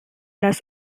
las